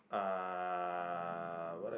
uh what I